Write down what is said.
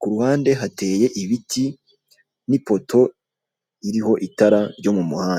ku ruhande hateye ibiti n'ipoto iriho itara ryo mu muhanda.